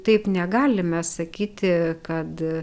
taip negalime sakyti kad